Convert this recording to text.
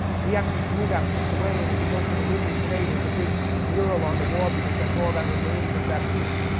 we actually threw that piece away. and if you go to the whitney today there's a big mural on the wall because that's all that remains of that piece,